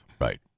Right